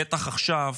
בטח עכשיו,